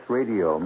Radio